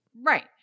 right